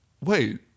wait